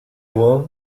loin